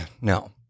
no